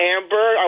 Amber